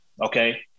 Okay